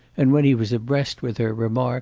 and when he was abreast with her, remarked